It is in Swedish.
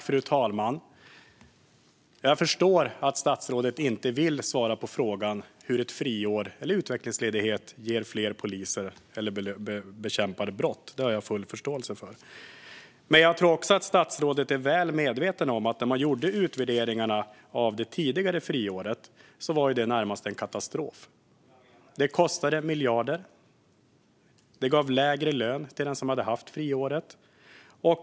Fru talman! Jag förstår att statsrådet inte vill svara på frågan om hur friår eller utvecklingsledighet ger fler poliser eller bättre motverkar brott. Det har jag full förståelse för. Men jag tror också att statsrådet är väl medveten om att utvärderingarna av det tidigare friåret närmast visade på katastrof. Det kostade miljarder. Det gav lägre lön till den som hade haft friåret.